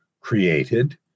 created